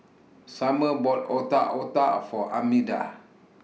Sumner bought Otak Otak For Armida